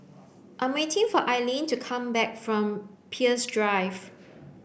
I am waiting for Ailene to come back from Peirce Drive